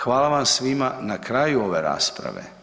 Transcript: Hvala vam svima na kraju ove rasprave.